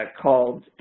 called